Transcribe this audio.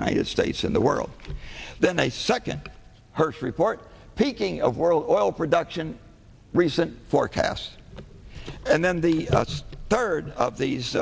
united states and the world then a second hurts report peaking of world oil production recent forecasts and then the last third of these